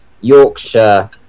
Yorkshire